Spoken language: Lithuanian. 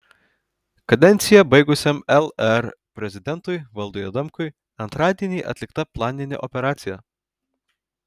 kadenciją baigusiam lr prezidentui valdui adamkui antradienį atlikta planinė operacija